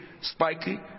spiky